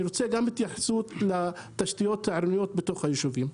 אני רוצה גם התייחסות לתשתיות העירוניות בתוך היישובים.